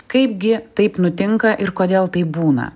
kaipgi taip nutinka ir kodėl taip būna